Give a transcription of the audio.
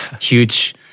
huge